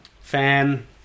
Fan